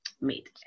meet